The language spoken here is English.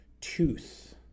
tooth